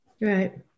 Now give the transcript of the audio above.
Right